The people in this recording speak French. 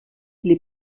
les